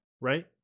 Right